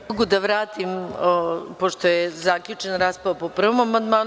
Ne mogu da vratim, pošto je zaključena rasprava po prvom amandmanu.